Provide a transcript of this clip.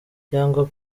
cyangwa